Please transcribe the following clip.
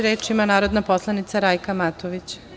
Reč ima narodna poslanica Rajka Matović.